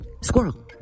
Squirrel